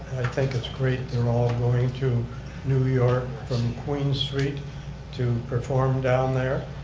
think it's great they're all going to new york from queen street to perform down there.